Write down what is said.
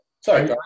sorry